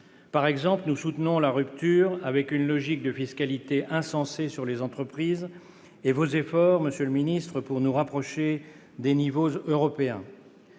Par exemple, nous soutenons la rupture avec une logique de fiscalité insensée sur les entreprises et vos efforts, monsieur le secrétaire d'État, pour nous rapprocher des niveaux européens.